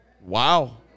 Wow